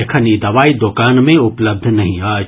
एखन ई दवाई दोकान मे उपलब्ध नहि अछि